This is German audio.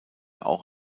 auch